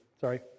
Sorry